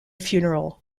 funeral